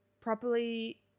properly